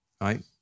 Right